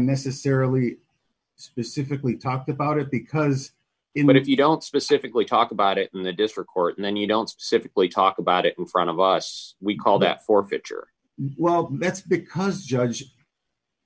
necessarily specifically talked about it because in but if you don't specifically talk about it in the district court then you don't specifically talk about it in front of us we call that forfeiture well that's because judge